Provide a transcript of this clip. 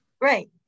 Right